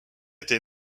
été